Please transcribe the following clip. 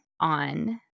on